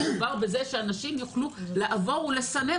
אלא מדובר בזה שאנשים יוכלו לעבור ולסנן